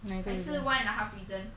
哪一个 reason